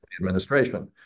administration